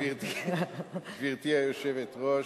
גברתי היושבת-ראש,